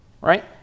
Right